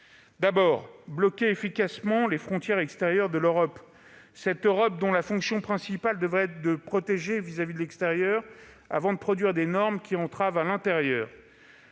d'abord, bloquer efficacement les frontières extérieures de l'Europe, cette Europe dont la fonction principale devrait être de protéger ses ressortissants vis-à-vis de l'extérieur avant de produire des normes qui les entravent à l'intérieur.